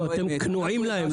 אתם כנועים להם.